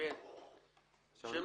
מלשכת